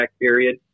period